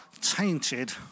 tainted